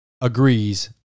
agrees